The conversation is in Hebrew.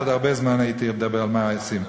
עוד הרבה זמן הייתי מדבר על מה עושים.